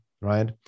right